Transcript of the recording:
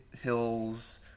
hills